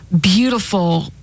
beautiful